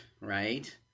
right